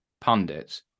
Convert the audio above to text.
pundits